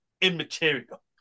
immaterial